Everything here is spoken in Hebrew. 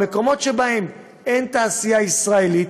במקומות שאין תעשייה ישראלית,